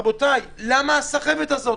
רבותיי, למה הסחבת הזאת?